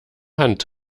hand